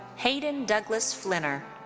haden douglas flinner.